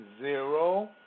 zero